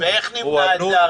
ואיך נמנע את זה?